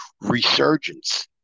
resurgence